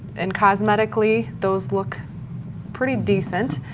and cosmetically, those look pretty decent